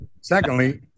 Secondly